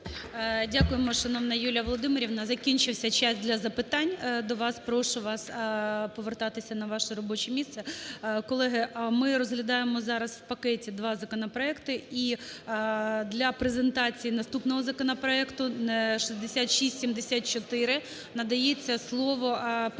Дякуємо, шановна Юлія Володимирівна. Закінчився час для запитань до вас. Прошу вас повертатися на ваше робоче місце. Колеги, ми розглядаємо зараз в пакеті два законопроекти. І для презентації наступного законопроекту 6674 надається слово Представнику